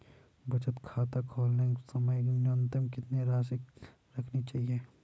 बचत खाता खोलते समय न्यूनतम कितनी राशि रखनी चाहिए?